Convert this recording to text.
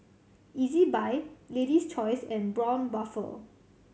Ezbuy Lady's Choice and Braun Buffel